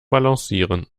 balancieren